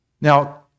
Now